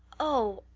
oh,